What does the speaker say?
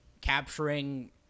capturing